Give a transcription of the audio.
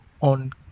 on